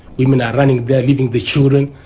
women are running there leaving their children,